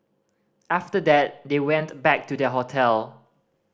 after that they went back to their hotel